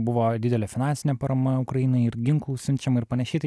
buvo didelė finansinė parama ukrainai ir ginklų siunčiama ir panašiai tai